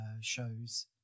shows